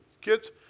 kids